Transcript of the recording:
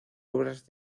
obras